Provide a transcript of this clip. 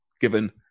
given